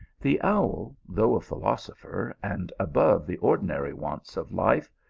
the owl, though a philosopher and above the ordinary wants of life,